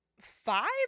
five